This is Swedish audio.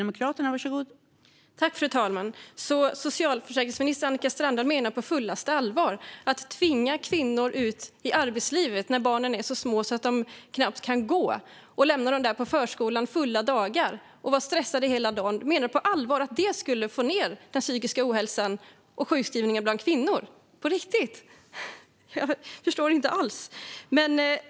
Fru talman! Så socialförsäkringsminister Annika Strandhäll menar på fullaste allvar att man ska tvinga kvinnor ut i arbetslivet när barnen är så små att de knappt kan gå och att kvinnorna ska lämna dem på förskolan fulla dagar och vara stressade hela dagen. Menar du på allvar att detta skulle få ned den psykiska ohälsan och sjukskrivningarna bland kvinnor, Annika Strandhäll? På riktigt? Jag förstår inte alls.